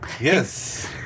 Yes